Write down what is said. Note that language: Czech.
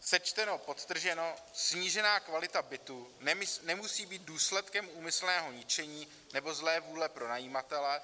Sečteno, podtrženo: Snížená kvalita bytu nemusí být důsledkem úmyslného ničení nebo zlé vůle pronajímatele.